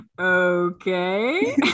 Okay